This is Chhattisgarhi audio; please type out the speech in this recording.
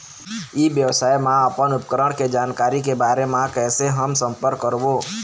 ई व्यवसाय मा अपन उपकरण के जानकारी के बारे मा कैसे हम संपर्क करवो?